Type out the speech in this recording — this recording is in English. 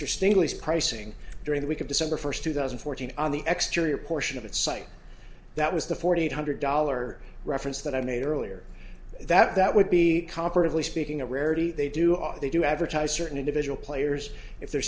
mr stingless pricing during the week of december first two thousand and fourteen on the exterior portion of its site that was the forty eight hundred dollar reference that i made earlier that that would be comparably speaking a rarity they do are they do advertise certain individual players if they're